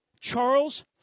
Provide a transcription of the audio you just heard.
Charles